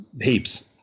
heaps